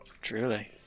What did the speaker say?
truly